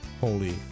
holy